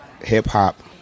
hip-hop